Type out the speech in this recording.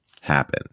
happen